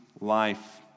life